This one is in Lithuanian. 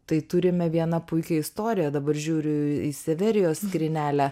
tai turime vieną puikią istoriją dabar žiūriu į severijos skrynelę